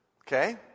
Okay